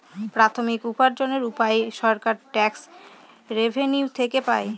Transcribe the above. প্রাথমিক উপার্জনের উপায় সরকার ট্যাক্স রেভেনিউ থেকে পাই